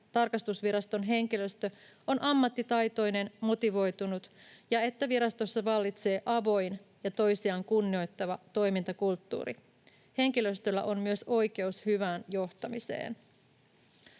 tarkastusviraston henkilöstö on ammattitaitoinen, motivoitunut ja että virastossa vallitsee avoin ja toisiaan kunnioittava toimintakulttuuri. Henkilöstöllä on myös oikeus hyvään johtamiseen.